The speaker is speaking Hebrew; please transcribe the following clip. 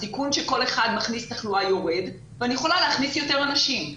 הסיכון שכל אחד מכניס תחלואה יורד ואני יכולה להכניס יותר אנשים.